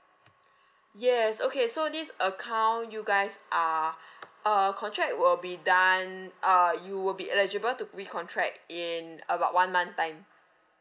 yes okay so this account you guys are uh contract will be done uh you will be eligible to re-contract in about one month time